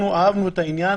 אנחנו אהבנו את העניין,